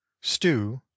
Stew